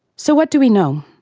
so, what do we know?